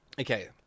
Okay